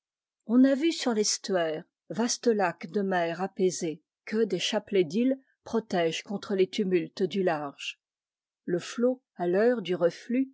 on a vue sur l'estuaire vaste lac de mer apaisée que des chapelets d'îles protègent contre les tumultes du large le flot à l'heure du reflux